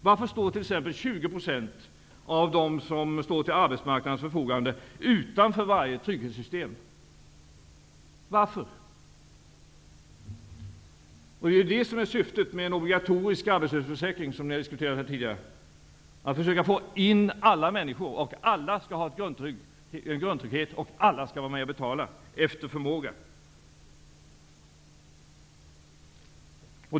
Varför står t.ex. 20 % av dem som står till arbetsmarknadens förfogande utanför varje trygghetssystem? Syftet med den obligatoriska arbetslöshetsförsäkringen som har diskuterats här tidigare är att man skall försöka täcka in alla människor. Alla skall ha grundtrygghet, och alla skall vara med och betala efter förmåga.